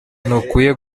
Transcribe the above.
ntukwiye